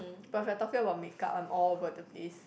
but if you're talking about makeup I'm all over the place